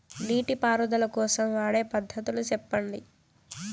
నీటి పారుదల కోసం వాడే పద్ధతులు సెప్పండి?